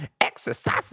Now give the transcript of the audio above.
exercise